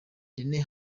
rene